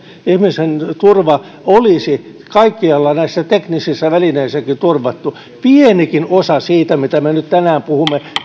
ihmisen turva olisivat kaikkialla näissä teknisissä välineissäkin turvattuja valvonnan lisääminen pieneenkin osaan siitä mistä me nyt tänään puhumme